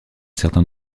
certain